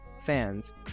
fans